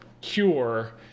cure